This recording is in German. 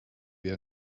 wir